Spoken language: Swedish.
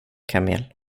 kamel